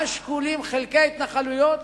מה השיקולים, חלקי התנחלויות